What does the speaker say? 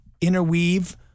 Interweave